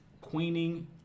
Queening